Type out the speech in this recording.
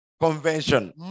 convention